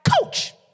coach